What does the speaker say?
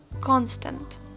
constant